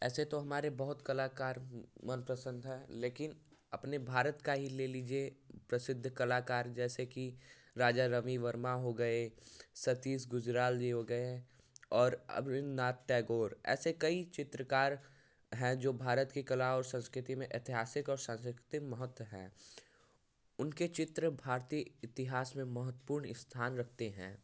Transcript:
ऐसे तो हमारे बहुत कलाकार मनपसंद है लेकिन अपने भारत का ही ले लीजिए प्रसिद्ध कलाकार जैसे कि राजा रवि वर्मा हो गए सतीश गुजराल जी हो गए हैं और रवींद्रनाथ टैगोर ऐसे कई चित्रकार हैं जो भारत की कला और संस्कृति में ऐतिहासिक और सांस्कृतिक महत्व है उनके चित्र भारती इतिहास में महत्वपूर्ण स्थान रखते हैं